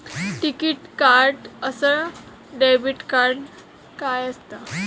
टिकीत कार्ड अस debit card काय असत?